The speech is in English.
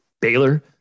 Baylor